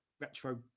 retro